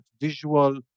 visual